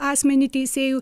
asmenį teisėju